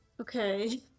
Okay